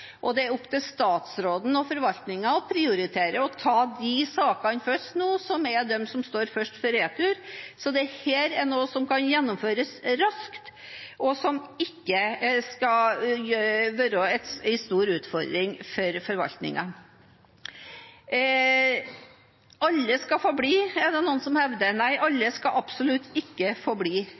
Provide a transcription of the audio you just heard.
er opp til statsråden og forvaltningen å prioritere og ta de sakene først som er de som står først for retur. Dette er noe som kan gjennomføres raskt, og som ikke skal være en stor utfordring for forvaltningen. Alle skal få bli, er det noen som hevder. Nei, alle skal absolutt ikke